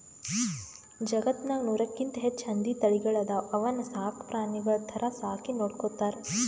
ಜಗತ್ತ್ನಾಗ್ ನೂರಕ್ಕಿಂತ್ ಹೆಚ್ಚ್ ಹಂದಿ ತಳಿಗಳ್ ಅದಾವ ಅವನ್ನ ಸಾಕ್ ಪ್ರಾಣಿಗಳ್ ಥರಾ ಸಾಕಿ ನೋಡ್ಕೊತಾರ್